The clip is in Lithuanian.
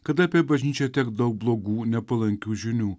kada apie bažnyčią tiek daug blogų nepalankių žinių